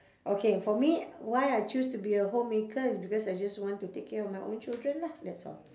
okay for me why I choose to be a homemaker is because I just want to take care of my own children lah that's all